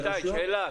איתי, סליחה,